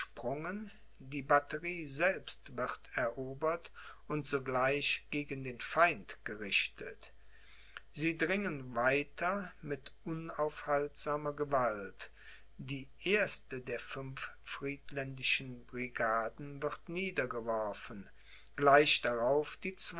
die batterie selbst wird erobert und sogleich gegen den feind gerichtet sie dringen weiter mit unaufhaltsamer gewalt die erste der fünf friedländischen brigaden wird niedergeworfen gleich darauf die